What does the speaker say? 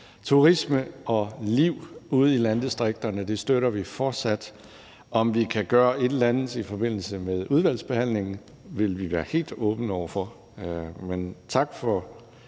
turisme og liv ude i landdistrikterne. Det støtter vi fortsat. Hvis vi kan gøre et eller andet i forbindelse med udvalgsbehandlingen, vil vi være helt åbne over for